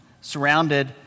surrounded